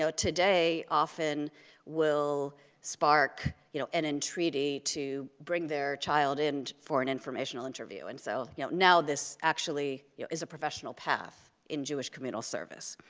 so today often will spark you know an entreaty to bring their child in for an informational interview, and so yeah now this actually you know is a professional path in jewish communal service.